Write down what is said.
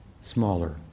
smaller